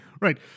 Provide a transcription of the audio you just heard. Right